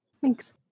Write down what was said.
Thanks